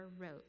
wrote